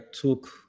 took